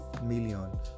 Million